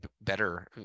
better